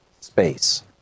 space